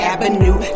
Avenue